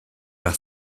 par